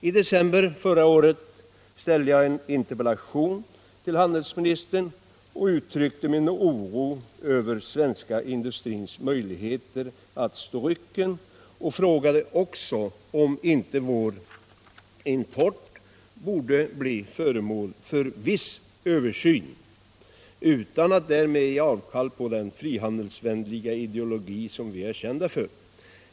I november förra året framställde jag en interpellation till handelsministern och uttryckte min oro över svensk industris möjligheter att stå rycken, och frågade om inte vår import borde bli föremål för viss översyn utan att vi därmed ger avkall på den frihandelsvänliga ideologi vi är kända för.